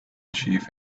chief